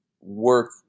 work